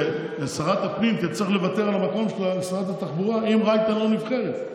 ששרת הפנים תצטרך לוותר על המקום שלה לשרת התחבורה אם רייטן לא נבחרת.